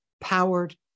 powered